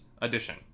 edition